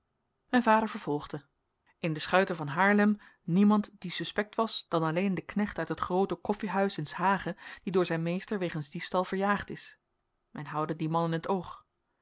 mijn vader vervolgde in de schuiten van haarlem niemand die suspect was dan alleen de knecht uit het groote koffiehuis in s hage die door zijn meester wegens diefstal verjaagd is men houde dien